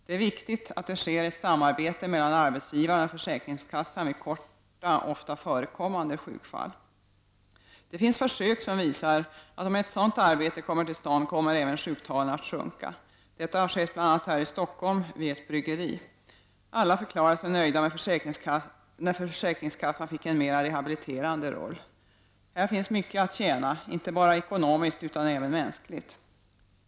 Det är viktigt att det sker ett samarbete mellan arbetsgivaren och försäkringskassan vid korta ofta förekommande sjukfall. Det finns försök som visar att om ett sådant arbete kommer till stånd kommer även sjuktalen att sjunka. Detta har skett bl.a. här i Stockholm vid ett bryggeri. Alla förklarade sig nöjda när försäkringskassan fick en mera rehabiliterande roll. Här finns mycket att tjäna, inte bara ekonomiskt utan även mänskligt.